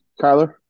Kyler